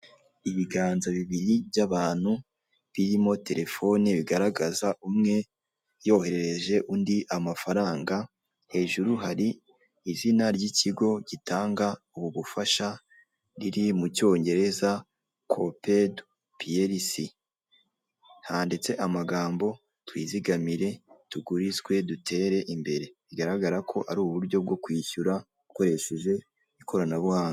Ibiganza bibiri by'abantu birimo terefone bigaragaza umwe yoherereje undi amafaranga hejuru hari izina ry'ikigo gitanga ubu bufasha riri mu cyongereza Kopedu piyerisi, handitse amagambo twizigamire, tugurizwe, dutere imbere bigaragara ko ari uburyo bwo kwishyura ukoresheje ikoranabuhanga.